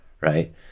right